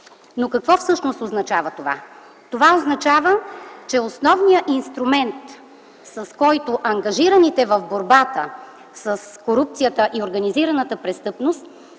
Какво всъщност означава това? Това означава, че основният инструмент, с който ангажираните в борбата с корупцията и организираната престъпност